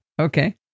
okay